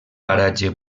paratge